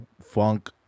funk